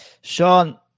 Sean